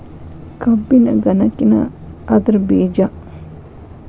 ಕಬ್ಬಿನ ಗನಕಿನ ಅದ್ರ ಬೇಜಾ